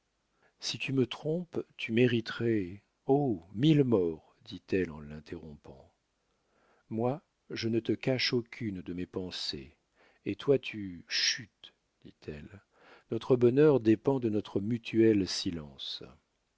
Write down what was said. si tu me trompes tu mériterais oh mille morts dit-elle en l'interrompant moi je ne te cache aucune de mes pensées et toi tu chut dit-elle notre bonheur dépend de notre mutuel silence